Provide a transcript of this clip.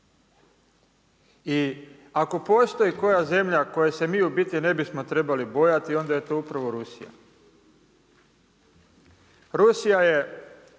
I ako postoji koja zemlja koje se mi u biti ne bismo trebali bojati onda je to upravo Rusija. Rusija je